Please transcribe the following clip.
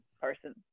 person